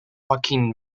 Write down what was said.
joaquin